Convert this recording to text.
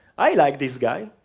i like this guy.